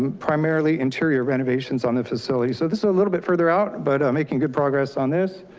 um primarily interior renovations on the facility. so this is a little bit further out, but i'm making good progress on this,